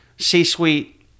c-suite